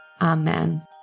Amen